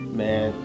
man